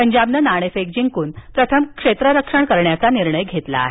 पंजाबनं नाणेफेक जिंकून प्रथम क्षेत्ररक्षण करण्याचा निर्णयघेतला आहे